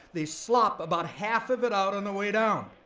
they slop about half of it out on the way down.